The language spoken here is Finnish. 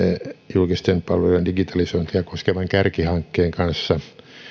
julkisten palvelujen digitalisointia koskevan kärkihankkeen kanssa